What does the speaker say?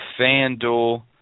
FanDuel